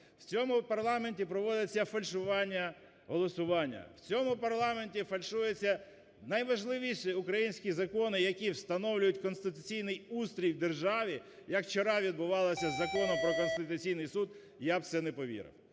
в цьому парламенті проводиться фальшування голосування, в цьому парламенті фальшуються найважливіші українські закони, які встановлюють конституційний устрій в державі, як вчора відбувалося із Законом "Про Конституційний Суд", я б у це не повірив.